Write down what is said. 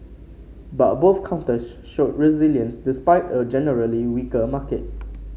but both counters showed resilience despite a generally weaker market